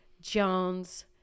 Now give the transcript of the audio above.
Jones